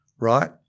right